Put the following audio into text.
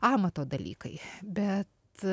amato dalykai bet